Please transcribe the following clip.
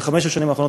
בחמש השנים האחרונות,